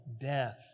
death